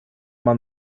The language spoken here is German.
man